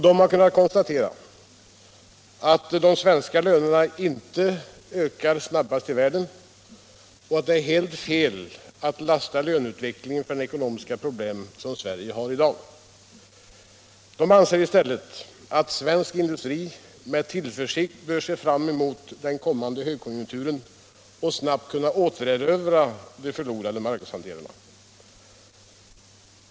De har kunnat konstatera att de franska lönerna inte ökar snabbast i världen och att det är helt fel att lasta löneutvecklingen för de ekonomiska problem som Sverige har i dag. De anser i stället att svensk industri med tillförsikt bör se fram emot den kommande högkonjunkturen och snabbt kunna återerövra de förlorade marknadsandelarna.